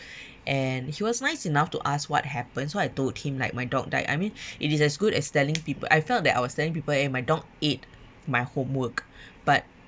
and he was nice enough to ask what happened so I told him like my dog died I mean it is as good as telling people I felt that I was telling people eh my dog ate my homework but